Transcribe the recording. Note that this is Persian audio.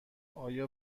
آیا